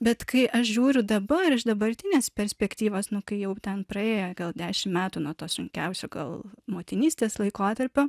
bet kai aš žiūriu dabar iš dabartinės perspektyvos nu kai jau ten praėjo gal dešim metų nuo to sunkiausio gal motinystės laikotarpio